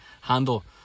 handle